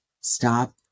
stop